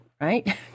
right